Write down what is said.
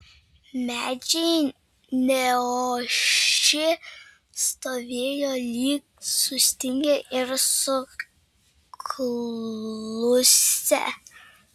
medžiai neošė stovėjo lyg sustingę ir suklusę